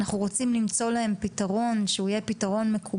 אנחנו רוצים למצוא להם פתרון שהוא יהיה מקובל,